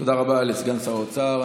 תודה רבה לסגן שר האוצר.